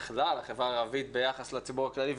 בכלל של החברה הערבית ביחס לציבור הכללי,